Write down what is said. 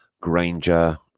Granger